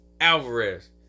Alvarez